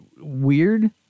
Weird